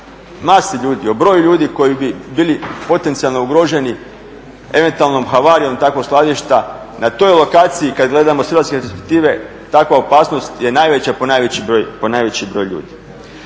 masi ljudi, o broju ljudi koji bi bili potencijalno ugroženi eventualnom havarijom takvog skladišta na toj lokaciji kad gledamo iz hrvatske perspektive takva opasnost je najveća po najveći broj ljudi.